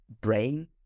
brain